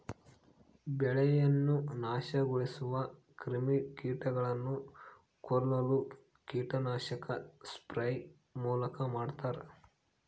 ಬೆಳೆಯನ್ನು ನಾಶಗೊಳಿಸುವ ಕ್ರಿಮಿಕೀಟಗಳನ್ನು ಕೊಲ್ಲಲು ಕೀಟನಾಶಕ ಸ್ಪ್ರೇ ಮೂಲಕ ಮಾಡ್ತಾರ